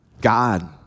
God